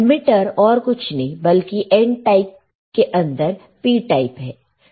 emitter और कुछ नहीं बल्कि N टाइप के अंदर P टाइप है